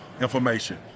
information